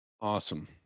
Awesome